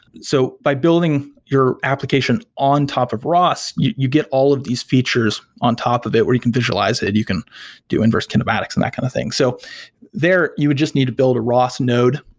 so by building your application on top of ros, you you get all of these features on top of it where you can visualize it and you can do inverse kinematics and that kind of thing. so there you would just need to build a ros node.